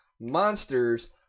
monsters